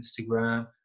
Instagram